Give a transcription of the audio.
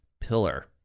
pillar